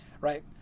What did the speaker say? right